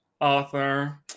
author